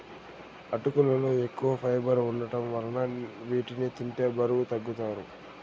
అటుకులలో ఎక్కువ ఫైబర్ వుండటం వలన వీటిని తింటే బరువు తగ్గుతారు